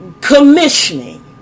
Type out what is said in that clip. commissioning